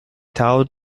towed